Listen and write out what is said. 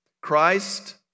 Christ